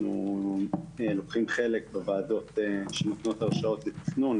אנחנו לוקחים חלק בוועדות שנותנות הרשאות לתכנון,